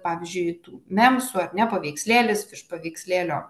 pavyzdžiui tų memsų ar ne paveikslėlis virš paveikslėlio